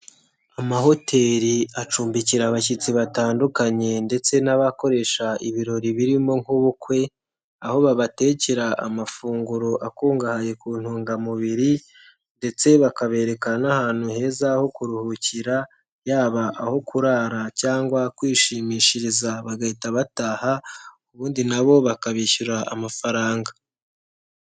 Amahoteli acumbikira abashyitsi batandukanye ndetse n'abakoresha ibirori birimo nk'ubukwe aho babatekera amafunguro akungahaye ku ntungamubiri ndetse bakabereka n'ahantu heza ho kuruhukira yaba aho kurara cyangwa kwishimishiriza bagahita bataha ubundi nabo bakabishyura amafaranga.